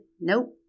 nope